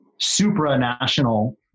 supranational